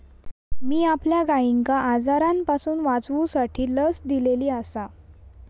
मी आपल्या गायिंका आजारांपासून वाचवूसाठी लस दिलेली आसा